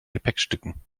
gepäckstücken